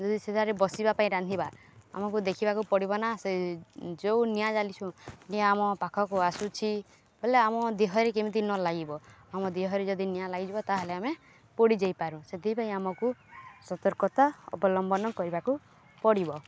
ଯଦି ସେଠାରେ ବସିବା ପାଇଁ ରାନ୍ଧିବା ଆମକୁ ଦେଖିବାକୁ ପଡ଼ିବ ନା ସେ ଯୋଉ ନିଆଁ ଜାଲିଛୁଁ ନିଆଁ ଆମ ପାଖକୁ ଆସୁଛି ବୋଇଲେ ଆମ ଦେହରେ କେମିତି ନ ଲାଗିବ ଆମ ଦେହରେ ଯଦି ନିଆଁ ଲାଗଯିବ ତାହେଲେ ଆମେ ପୋଡ଼ି ଯେଇପାରୁ ସେଥିପାଇଁ ଆମକୁ ସତର୍କତା ଅବଲମ୍ବନ କରିବାକୁ ପଡ଼ିବ